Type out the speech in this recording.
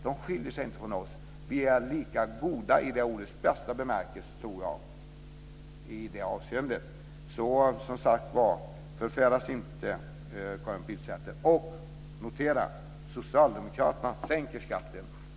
De skiljer sig inte från oss. I det avseendet tror jag att vi är lika goda, i ordets bästa bemärkelse. Som sagt var: Förfäras inte, Karin Pilsäter! Och notera att socialdemokraterna sänker skatten.